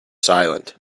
silent